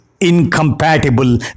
incompatible